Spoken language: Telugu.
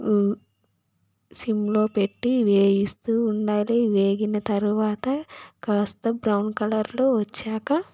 సిమ్లో పెట్టి వేగిస్తూ ఉండాలి వేగిన తర్వాత కాస్త బ్రౌన్ కలర్లో వచ్చాక